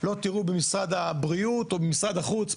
לא תראו במשרד הבריאות או במשרד החוץ,